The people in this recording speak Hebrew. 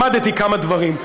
למדתי כמה דברים,